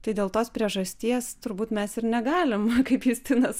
tai dėl tos priežasties turbūt mes ir negalim kaip justinas